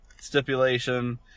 stipulation